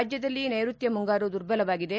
ರಾಜ್ಯದಲ್ಲಿ ನೈರುತ್ಯ ಮುಂಗಾರು ದುರ್ಬಲವಾಗಿದೆ